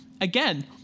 again